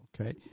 Okay